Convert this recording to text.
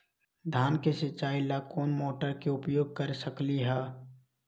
धान के सिचाई ला कोंन मोटर के उपयोग कर सकली ह?